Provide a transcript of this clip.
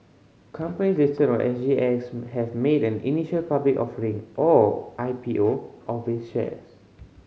company listed on S G X have made an initial public offering or I P O of its shares